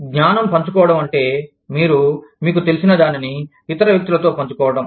జ్ఞానం పంచుకోవడం అంటే మీరు మీకు తెలిసినదానిని ఇతర వ్యక్తులతో పంచుకోవటం